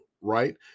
right